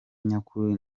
nyakuri